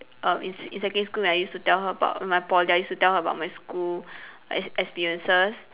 err in s~ in secondary school when I used to tell her about my Poly I used to tell her about my school ex~ experiences